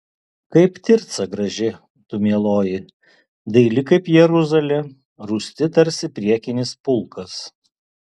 kaip tirca graži tu mieloji daili kaip jeruzalė rūsti tarsi priekinis pulkas